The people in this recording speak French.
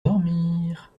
dormir